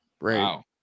Wow